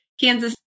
Kansas